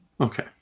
Okay